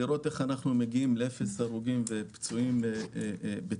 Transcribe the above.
לראות איך אנחנו מגיעים לאפס הרוגים ופצועים בתאונות,